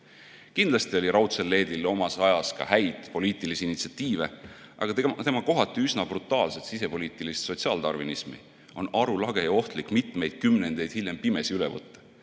Kindlasti oli Raudsel Leedil omas ajas ka häid poliitilisi initsiatiive, aga tema kohati üsna brutaalset sisepoliitilist sotsiaaldarvinismi on arulage ja ohtlik mitmeid kümnendeid hiljem pimesi üle võtta.